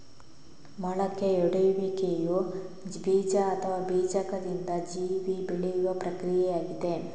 ಮೊಳಕೆಯೊಡೆಯುವಿಕೆಯು ಬೀಜ ಅಥವಾ ಬೀಜಕದಿಂದ ಜೀವಿ ಬೆಳೆಯುವ ಪ್ರಕ್ರಿಯೆಯಾಗಿದೆ